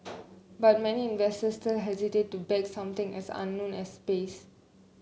but many investors still hesitate to back something as unknown as space